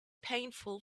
painful